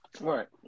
Right